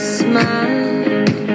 smile